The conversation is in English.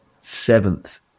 seventh